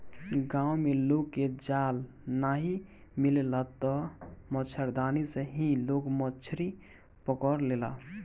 गांव में लोग के जाल नाइ मिलेला तअ मछरदानी से ही लोग मछरी पकड़ लेला